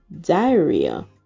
diarrhea